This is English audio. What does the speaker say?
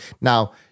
Now